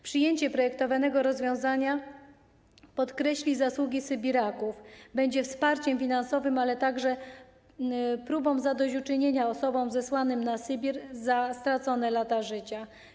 Przyjęcie projektowanego rozwiązania podkreśli zasługi sybiraków, będzie wsparciem finansowym, ale także próbą zadośćuczynienia osobom zesłanym na Sybir za stracone lata życia.